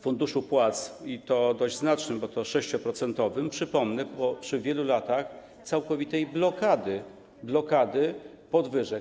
funduszu płac, i to dość znacznego, bo 6-procentowego, przypomnę, po wielu latach całkowitej blokady podwyżek.